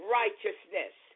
righteousness